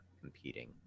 competing